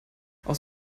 aus